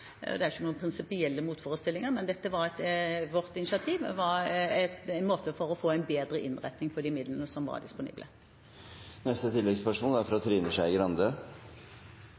Det er ikke noen prinsipielle motforestillinger, men vårt initiativ var en måte å få en bedre innretning på de midlene som var disponible. Trine Skei Grande – til oppfølgingsspørsmål. Statsrådene som sitter her nå, om det er